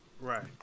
Right